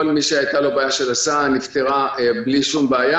כל מי שהייתה לו בעיה של הסעה היא נפתרה בלי שום בעיה.